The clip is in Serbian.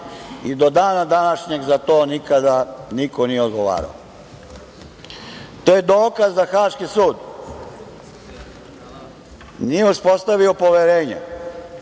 i do dana današnjeg za to nikada niko nije odgovarao. To je dokaz da Haški sud nije uspostavio poverenje